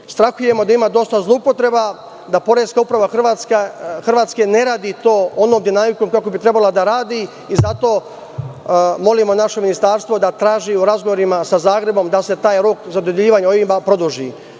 Strahujemo da ima dosta zloupotreba, da Poreska uprava Hrvatske ne radi to onom dinamikom kako bi trebalo da radi. Zato molimo naše ministarstvo da traži u razgovorima sa Zagrebom da se taj rok za dodeljivanje OIB produži. Drugi